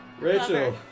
Rachel